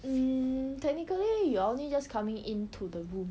hmm technically you are only just coming into the room